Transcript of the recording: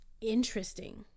Interesting